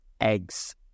eggs